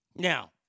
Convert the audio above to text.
Now